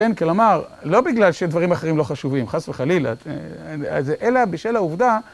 כן, כלומר, לא בגלל שדברים אחרים לא חשובים, חס וחלילה, אלא בשל העובדה...